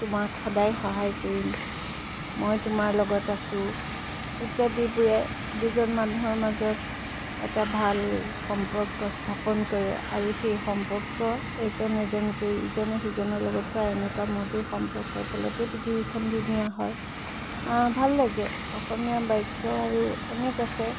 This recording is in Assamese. তোমাক সদায় সহায় কৰিম মই তোমাৰ লগত আছোঁ ইত্যাদিবোৰে দুজন মানুহৰ মাজত এটা ভাল সম্পৰ্ক স্থাপন কৰে আৰু সেই সম্পৰ্ক এজন এজনকৈ ইজনে সিজনৰ লগত হোৱা এনেকুৱা মধুৰ সম্পৰ্কৰ ফলতেই পৃথিৱীখন ধুনীয়া হয় ভাল লাগে অসমীয়া বাক্য আৰু অনেক আছে